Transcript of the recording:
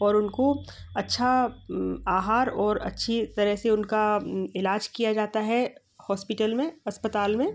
और उनको अच्छा आहार और अच्छी तरह से उनका इलाज किया जाता है हॉस्पिटल में अस्पताल में